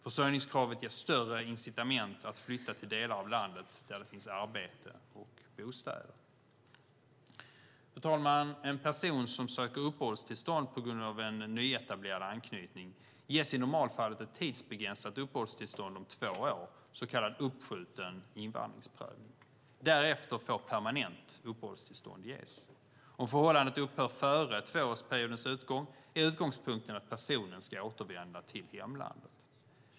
Försörjningskravet ger större incitament att flytta till delar av landet där det finns arbete och bostäder. Fru talman! En person som söker uppehållstillstånd på grund av en nyetablerad anknytning ges i normalfallet ett tidsbegränsat uppehållstillstånd om två år, så kallad uppskjuten invandringsprövning. Därefter får permanent uppehållstillstånd ges. Om förhållandet upphör före tvåårsperiodens utgång är utgångspunkten att personen ska återvända till hemlandet.